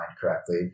correctly